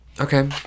Okay